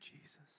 Jesus